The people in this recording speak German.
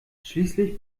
schließlich